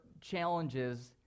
challenges